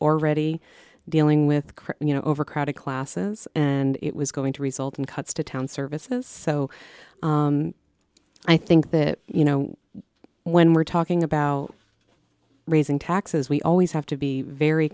already dealing with crime you know overcrowded classes and it was going to result in cuts to town services so i think that you know when we're talking about raising taxes we always have to be very